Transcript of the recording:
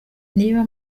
niba